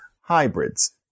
hybrids